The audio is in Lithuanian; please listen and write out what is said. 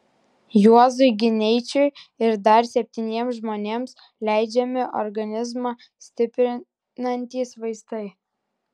juozui gineičiui ir dar septyniems žmonėms leidžiami organizmą stiprinantys vaistai